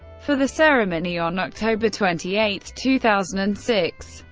for the ceremony on october twenty eight, two thousand and six,